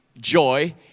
joy